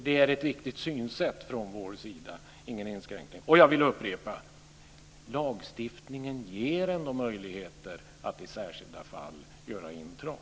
Det är ett viktigt synsätt från vår sida. Jag vill upprepa: Lagstiftningen ger ändå möjligheter att i särskilda fall göra intrång.